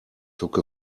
took